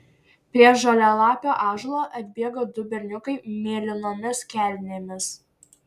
prie žalialapio ąžuolo atbėga du berniukai mėlynomis kelnėmis